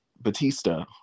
Batista